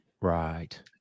Right